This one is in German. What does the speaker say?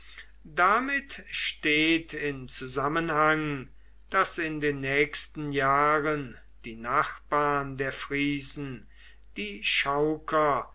damit steht in zusammenhang daß in den nächsten jahren die nachbarn der friesen die